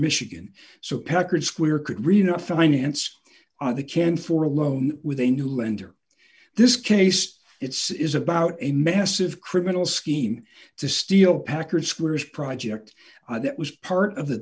michigan so packard square could reno finance on the can for a loan with a new lender this case it's is about a massive criminal scheme to steal packard squares project that was part of the